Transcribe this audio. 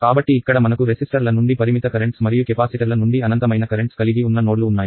కాబట్టి ఇక్కడ మనకు రెసిస్టర్ల నుండి పరిమిత కరెంట్స్ మరియు కెపాసిటర్ల నుండి అనంతమైన కరెంట్స్ కలిగి ఉన్న నోడ్లు ఉన్నాయి